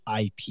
ip